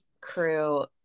crew